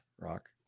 Rock